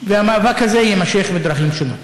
והמאבק הזה יימשך בדרכים שונות.